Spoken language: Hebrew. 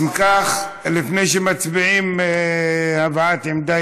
אם כך, לפני שמצביעים, יש לנו הבעת עמדה.